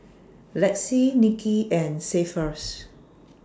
Lexie Nikki and Cephus